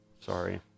Sorry